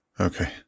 Okay